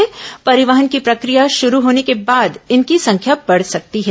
ॅपरिवहन की प्रक्रिया शुरू होने के बाद इनकी संख्या बढ सकती है